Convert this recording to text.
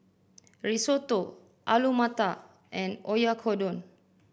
Risotto Alu Matar and Oyakodon